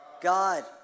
God